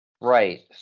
Right